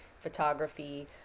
photography